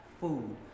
food